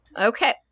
Okay